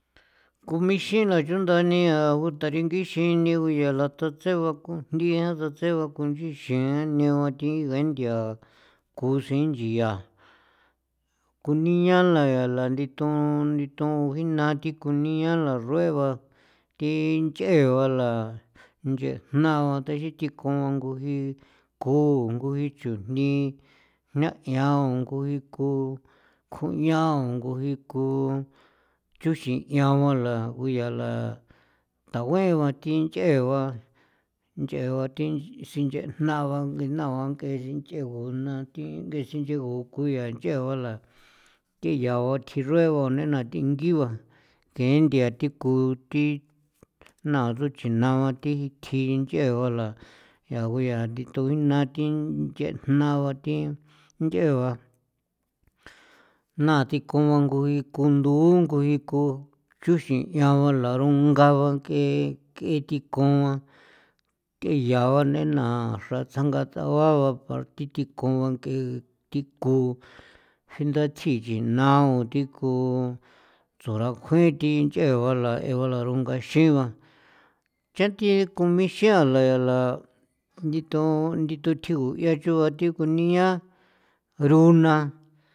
K ixin na chunda nia guta ringixin ne guyaa la ta tseba kunjnthia tatse ba ngunchixin ne ba thi ngee thia kuxin nchia kunia la la nditon nditon jii naa thi kuniala rue ba thi nch'ee bala nchejna ba tha xithikon ngu jii ku ngui chujni jna'yan a ngui ku kuñao nguji ku chuxin'ian ua ba laya nguyala taguen ba thi nch'ee ba nch'ee ba thi sinchejna ba ng'ee na ba ng'ee sinch'egu jna thi sincheguu ku yaa nch'ee bala thi yao thjirue nei na thingi ba ngee thia thi ku thi na xruchinagua thi thjin nch'ee bala yaa ngu yaa thi anto thi nchejna ba thi nch'ee ba jna thi ku ngui kundoo ngui ku chunxin ian bala rongaba ng'ee k'e thikon ba the yaa nei na xra tsanga tao ba porque thi thinko ba ng'ee thi ku jindachigin jna u thi ku tsorakjuin thi nch'ee bala jee bala aro u ngaxiin ba cha thi ku mixianla la nditon nditon thigu 'ian chuu ba thi kunia runa.